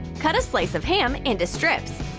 cut a slice of ham into strips.